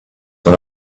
what